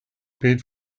paid